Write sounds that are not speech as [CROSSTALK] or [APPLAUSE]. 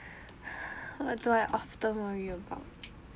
[BREATH] although I often worry about